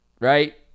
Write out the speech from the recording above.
right